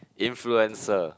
influencer